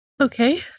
Okay